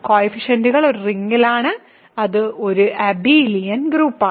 കോയിഫിഷ്യന്റുകൾ ഒരു റിങ്ങിലാണ് അത് ഒരു അബിലിയൻ ഗ്രൂപ്പാണ്